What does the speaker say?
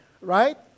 right